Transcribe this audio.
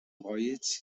voyage